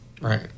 Right